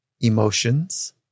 emotions